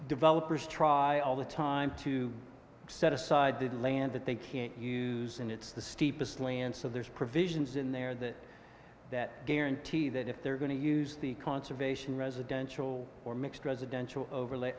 developers try all the time to set aside didn't land that they can't use and it's the steepest land so there's provisions in there that that guarantee that if they're going to use the conservation residential or mixed residential overl